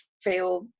feel